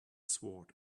sword